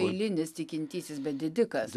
eilinis tikintysis bet didikas